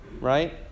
right